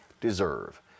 deserve